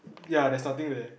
ya there's nothing there